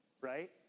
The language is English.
right